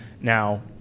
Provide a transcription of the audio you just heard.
Now